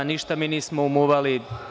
Ništa mi nismo umuvali.